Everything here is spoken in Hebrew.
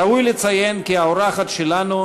ראוי לציין כי האורחת שלנו